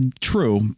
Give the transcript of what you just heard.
true